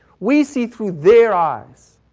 we see through their eyes.